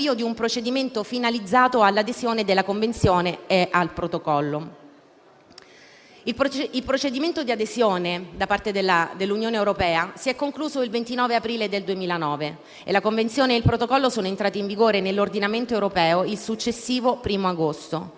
Il procedimento di adesione da parte dell'Unione europea si è concluso il 29 aprile 2009 e la Convenzione e il Protocollo sono entrati in vigore nell'ordinamento europeo il successivo 1° agosto.